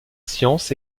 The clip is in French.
sciences